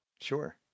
Sure